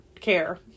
care